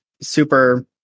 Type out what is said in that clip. super